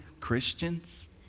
Christians